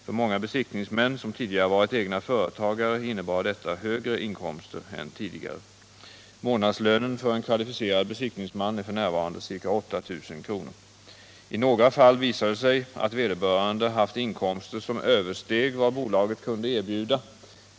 För många besiktningsmän, som tidigare varit egna företagare, innebar detta högre inkomster än tidigare. Månadslönen för en kvalificerad besiktningsman är f. n. ca 8 000 kr. I några fall visade det sig att vederbörande haft inkomster som översteg vad bolaget kunde erbjuda.